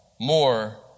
more